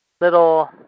little